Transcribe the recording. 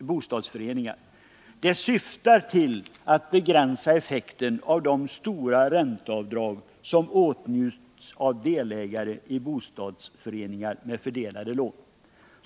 bostadsföreningar. Det syftar till att begränsa effekten av de stora ränteavdrag som ofta åtnjuts av delägare i bostadsföreningar med fördelade lån.